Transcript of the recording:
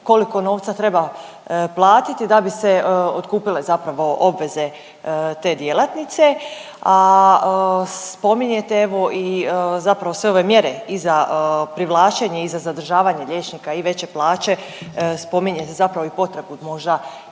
koliko novca treba platiti da bi se otkupile zapravo obveze te djelatnice. A spominjete evo i zapravo sve ove mjere i za privlačenje i za zadržavanje liječnika i veće plaće, spominje se zapravo i potrebu možda